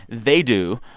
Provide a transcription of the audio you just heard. they do.